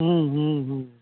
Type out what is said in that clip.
हुँ हुँ हुँ